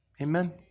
Amen